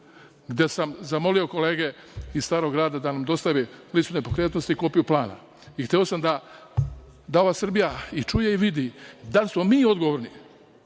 gde sam zamolio kolege iz Starog grada da nam dostave listu nepokretnosti i kopiju plana. Hteo sam da ova Srbija i čuje i vidi da li smo mi odgovorni